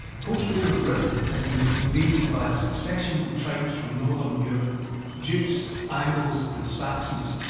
post-roman britain had been invaded by a succession of tribes from northern europe jutes, angles and saxons.